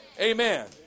Amen